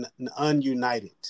ununited